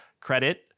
credit